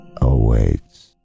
Awaits